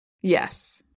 Yes